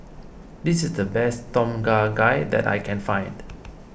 this is the best Tom Kha Gai that I can find